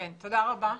תודה רבה,